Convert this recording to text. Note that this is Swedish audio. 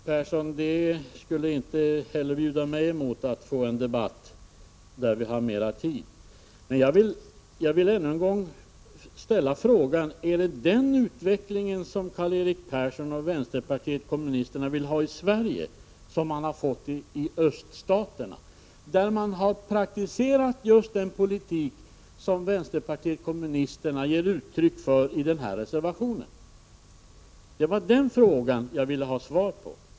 Herr talman! Det skulle inte heller bjuda mig emot att få en debatt med Karl-Erik Persson där vi har mera tid. Men jag vill än en gång ställa frågan: Är det den utvecklingen som Karl Erik Persson och vänsterpartiet kommunisterna vill ha i Sverige som man har fått i öststaterna, där man har praktiserat just den politik som vänsterpartiet kommunisterna ger uttryck för i sin reservation? Det var den frågan jag ville ha svar på.